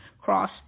cross